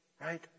Right